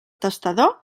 testador